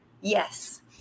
Yes